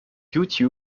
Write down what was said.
youtube